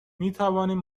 میتوانیم